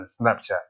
Snapchat